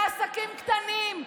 לעסקים קטנים,